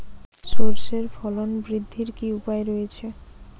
সর্ষের ফলন বৃদ্ধির কি উপায় রয়েছে?